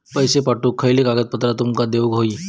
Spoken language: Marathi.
पैशे पाठवुक खयली कागदपत्रा तुमका देऊक व्हयी?